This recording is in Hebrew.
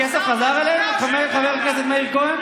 הכסף חזר אליהם, חבר הכנסת מאיר כהן?